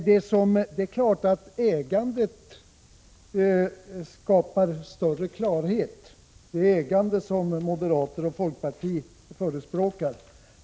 Det är klart att ägandet skapar större klarhet, det ägande som moderater och folkpartister förespråkar.